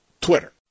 Twitter